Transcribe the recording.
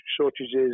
shortages